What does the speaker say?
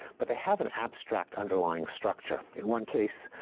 but they have an abstract underlying structure. in one case,